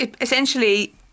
essentially